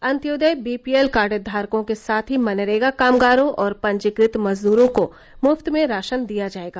अन्योदय BPL card धारकों के साथ ही मनरेगा कामगारों और पंजीकृत मजदूरों को मुफ्त में राशन दिया जायेगा